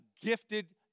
gifted